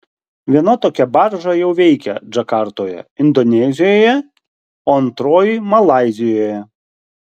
viena tokia barža jau veikia džakartoje indonezijoje o antroji malaizijoje